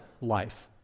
life